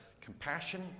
Compassion